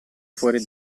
fuori